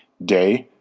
day,